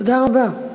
תודה רבה.